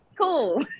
cool